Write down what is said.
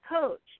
coach